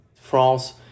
France